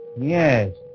Yes